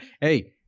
hey